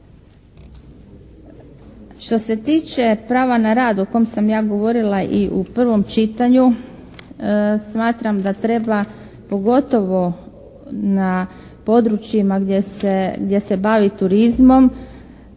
Što se tiče prava na rad o kom sam ja govorila i u prvom čitanju, smatram da treba pogotovo na područjima gdje se bavi turizmom